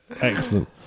Excellent